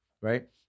right